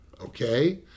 Okay